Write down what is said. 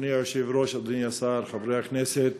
אדוני היושב-ראש, אדוני השר, חברי הכנסת,